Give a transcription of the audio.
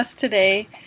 today